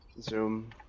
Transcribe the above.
Zoom